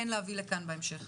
כן להביא לכאן בהמשך